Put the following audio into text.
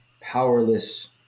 powerless